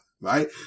right